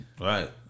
Right